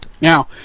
Now